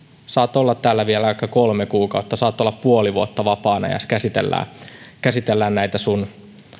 saat olla täällä vielä vaikka kolme kuukautta saat olla puoli vuotta vapaana ja käsitellään näitä sinun